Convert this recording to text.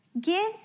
gives